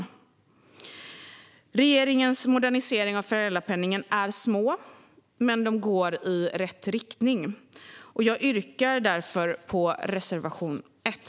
Regeringens moderniseringar av föräldrapenningen är små, men de går i rätt riktning. Jag yrkar därför bifall till reservation 1.